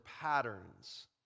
patterns